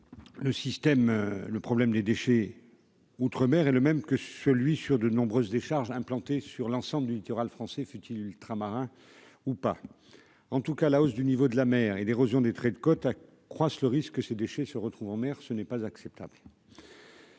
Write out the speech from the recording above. le problème des déchets outre-mer est le même que celui sur de nombreuses décharges implantées sur l'ensemble du littoral français futile ultramarins ou pas, en tout cas la hausse du niveau de la mer et l'érosion des traits de côtes croissent le risque que ces déchets se retrouve en mer, ce n'est pas acceptable.